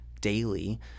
daily